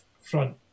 front